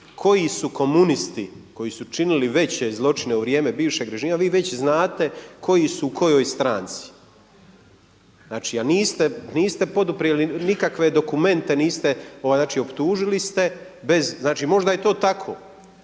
koji su komunisti koji su činili veće zločine u vrijeme bivšeg režima, vi već znate koji su u kojoj stranci. A niste poduprijeli nikakve dokumente, optužili ste, znači možda je to tako,